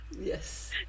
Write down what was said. Yes